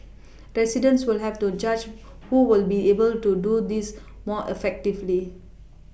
residents will have to judge who will be able to do this more effectively